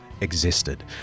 existed